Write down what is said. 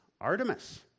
Artemis